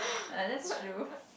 ah that's true